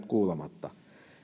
kuulematta